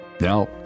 Now